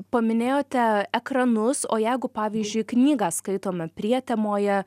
paminėjote ekranus o jeigu pavyzdžiui knygą skaitome prietemoje